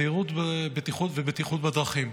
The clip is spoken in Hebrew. זהירות בדרכים,